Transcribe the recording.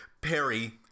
Perry